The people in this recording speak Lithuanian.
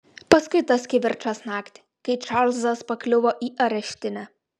paskui tas kivirčas naktį kai čarlzas pakliuvo į areštinę